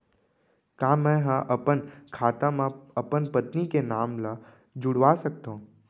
का मैं ह अपन खाता म अपन पत्नी के नाम ला जुड़वा सकथव?